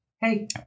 hey